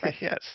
Yes